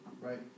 right